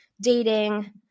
dating